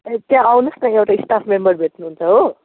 ए त्यहाँ आउँनुहोस् न एउटा स्टाफ मेम्बर भेट्नुहुन्छ हो